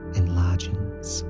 enlarges